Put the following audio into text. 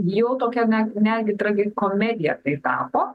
jau tokia net netgi tragikomedija tai tapo